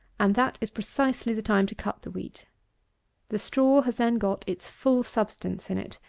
and that is precisely the time to cut the wheat the straw has then got its full substance in it.